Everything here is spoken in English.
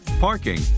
parking